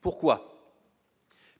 pourquoi,